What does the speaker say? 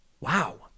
Wow